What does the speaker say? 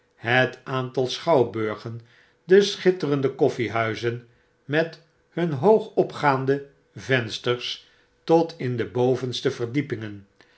het aantal schouwburgen de schitterende koffiehuizen met hun hoogopgaande vensters tot in de bovenste verdiepingen